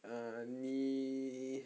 ah I mean